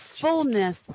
fullness